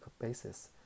basis